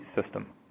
system